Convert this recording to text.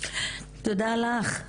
תודה לך.